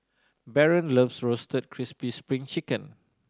Baron loves Roasted Crispy Spring Chicken